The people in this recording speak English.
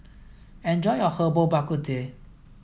enjoy your Herbal Bak Ku Teh